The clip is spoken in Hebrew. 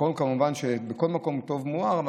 בכל מקום טוב שמואר,